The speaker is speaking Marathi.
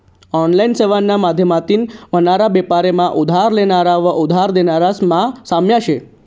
ऑनलाइन सेवाना माध्यमतीन व्हनारा बेपार मा उधार लेनारा व उधार देनारास मा साम्य शे